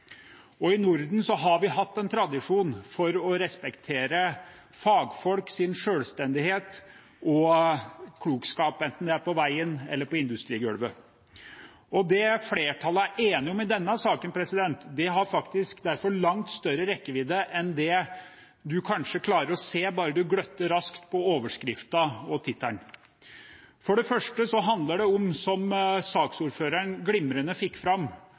innovative. I Norden har vi hatt en tradisjon for å respektere fagfolks selvstendighet og klokskap, enten det er på veien eller på industrigulvet. Det flertallet er enige om i denne saken, har derfor langt større rekkevidde enn det man kanskje klarer å se om man bare gløtter raskt på overskriften og tittelen. For det første: Det handler om, som saksordføreren glimrende fikk fram,